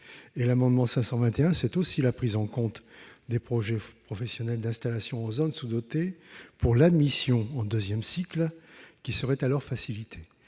également à permettre la prise en compte des projets professionnels d'installation en zone sous-dotée pour l'admission en deuxième cycle, qui serait alors facilitée.